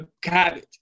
cabbage